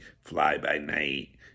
fly-by-night